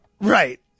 Right